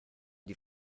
die